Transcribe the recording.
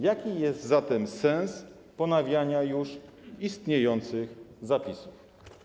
Jaki jest zatem sens ponawiania już istniejących zapisów?